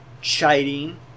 chiding